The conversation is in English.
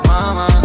Mama